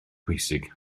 pwysig